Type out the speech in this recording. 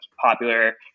popular